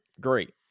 great